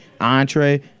entree